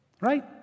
right